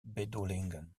bedoelingen